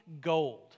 gold